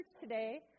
today